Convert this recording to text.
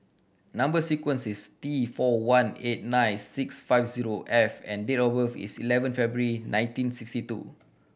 number sequence is T four one eight nine six five zero F and date of birth is eleven February nineteen sixty two